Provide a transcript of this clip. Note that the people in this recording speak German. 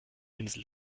insel